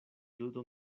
ludo